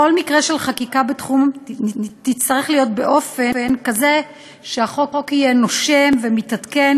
כל מקרה של חקיקה בתחום יצטרך להיות באופן כזה שהחוק יהיה נושם ומתעדכן